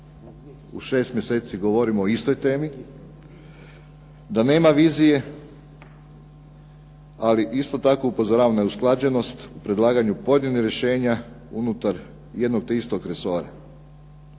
U šest mjeseci govorimo o istoj temi, da nema vizije. Ali isto tako upozoravam na neusklađenost, predlaganju pojedinih rješenja unutar jednog te istog resora.